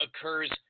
occurs